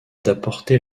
d’apporter